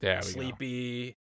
sleepy